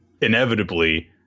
inevitably